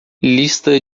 lista